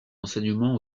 enseignement